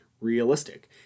realistic